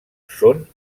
són